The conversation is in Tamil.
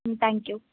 ம் தேங்க்யூ